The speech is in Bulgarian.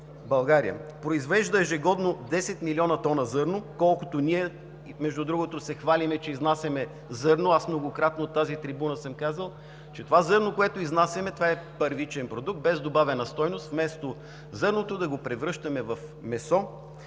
България, произвежда ежегодно 10 млн. тона зърно, колкото ние. Между другото, хвалим се, че изнасяме зърно, аз многократно от тази трибуна съм казвал, че това зърно, което изнасяме, е първичен продукт без добавена стойност, вместо зърното да го превръщаме в месо.